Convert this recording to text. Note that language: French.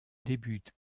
débute